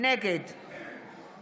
נגד